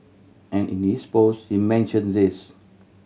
and in his post he mentioned this